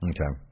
Okay